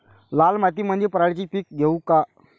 लाल मातीमंदी पराटीचे पीक घेऊ का?